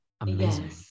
Amazing